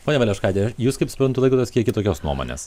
ponia valeškaite jus kaip suprantu laikotės kiek kitokios nuomonės